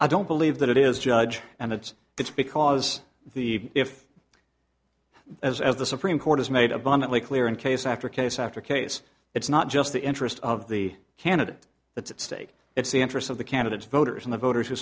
i don't believe that it is judge and that it's because the if as the supreme court has made abundantly clear and case after case after case it's not just the interest of the candidate that's at stake it's the interest of the candidates voters and the voters w